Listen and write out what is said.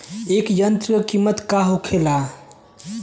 ए यंत्र का कीमत का होखेला?